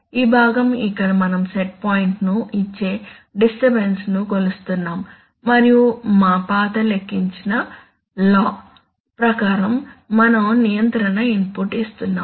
ఈ భాగం ఇక్కడ మనం సెట్ పాయింట్ ను ఇచ్చే డిస్టర్బన్స్ ను కొలుస్తున్నాము మరియు మా పాత లెక్కించిన లా ప్రకారం మనం నియంత్రణ ఇన్పుట్ ఇస్తున్నాము